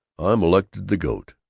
i'm elected the goat.